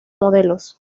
modelos